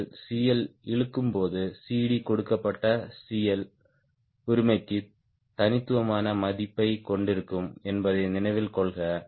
நீங்கள் CL இழுக்கும்போது CD கொடுக்கப்பட்ட CL உரிமைக்கு தனித்துவமான மதிப்பைக் கொண்டிருக்கும் என்பதை நினைவில் கொள்க